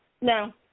No